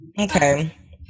okay